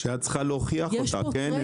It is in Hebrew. כשאת צריכה להוכיח אותה, נכון?